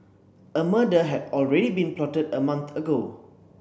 a murder had already been plotted a month ago